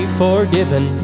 forgiven